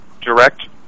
direct